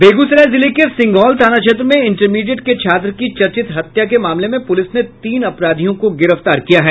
बेगूसराय जिले के सिंघौल थाना क्षेत्र में इंटरमीडिएट के छात्र की चर्चित हत्या के मामले में पुलिस ने तीन अपराधियों को गिरफ्तार किया है